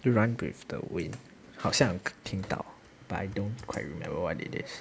run with the wind 好像听到 but I don't quite remember what it is